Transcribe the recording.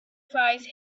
fires